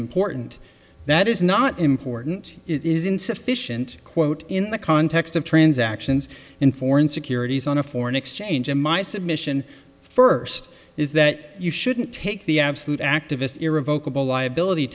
important that is not important it is insufficient quote in the context of transactions in foreign securities on a foreign exchange in my submission first is that you shouldn't take the absolute activist irrevocably liability